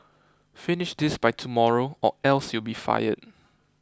finish this by tomorrow or else you'll be fired